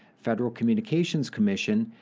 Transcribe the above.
federal communications commission,